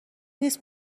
نیست